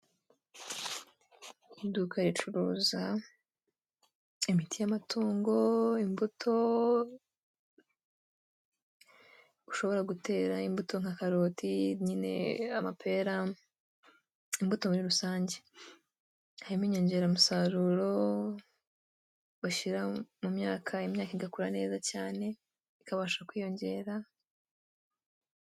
Iduka ricuruza imiti y'amatungo, imbuto, ushobora gutera, imbuto nka karoti, nyine amapera, imbuto muri rusange, harimo inyongeramusaruro bashyira mu myaka, imyaka igakura neza cyane, ikabasha kwiyongera,